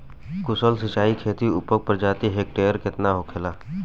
कुशल सिंचाई खेती से उपज प्रति हेक्टेयर केतना होखेला?